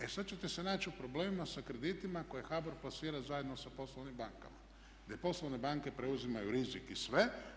E sad ćete se naći u problemima sa kreditima koje HBOR plasira zajedno sa poslovnim bankama, gdje poslovne banke preuzimaju rizik i sve.